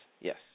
yes